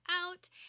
out